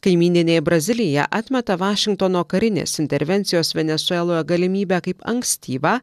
kaimyninė brazilija atmeta vašingtono karinės intervencijos venesueloje galimybę kaip ankstyvą